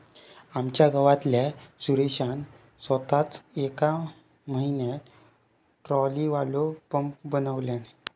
आमच्या गावातल्या सुरेशान सोताच येका म्हयन्यात ट्रॉलीवालो पंप बनयल्यान